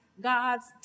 God's